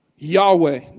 Yahweh